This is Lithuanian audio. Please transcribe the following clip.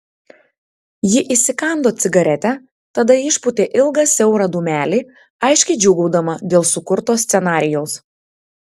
ji įsikando cigaretę tada išpūtė ilgą siaurą dūmelį aiškiai džiūgaudama dėl sukurto scenarijaus